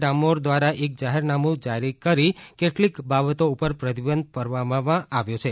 ડામોર દ્વારા એક જાહેરનામુ જારી કરી કેટલીક બાબતો ઉપર પ્રતિબંધ ફરમાવાથો છે